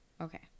Okay